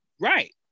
Right